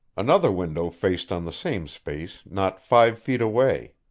another window faced on the same space, not five feet away.